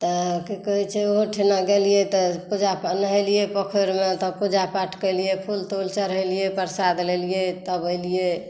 तऽ की कहै छै ओहोठुना गेलिए तऽ पूजा नहेलिए पोखरिमे तऽ पूजा पाठ केलिए फूल तूल चढ़ेलिए प्रसाद लेलिए तब ऐलिए